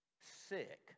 sick